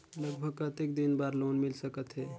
लगभग कतेक दिन बार लोन मिल सकत हे?